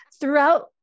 throughout